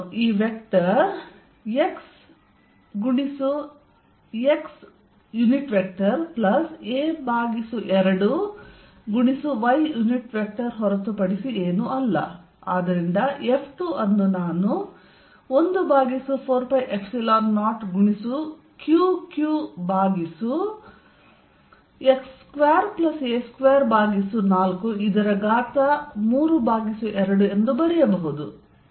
ಈ vector xxa2y ಹೊರತುಪಡಿಸಿ ಏನೂ ಅಲ್ಲ ಮತ್ತು ಆದ್ದರಿಂದ F2 ಅನ್ನು ನಾನು 140 ಗುಣಿಸು Qq ಭಾಗಿಸು x2a2432 ಎಂದು ಬರೆಯಬಹುದು